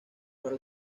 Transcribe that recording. para